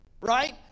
right